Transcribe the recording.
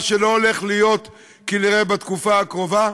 מה שלא הולך להיות כנראה בתקופה הקרובה,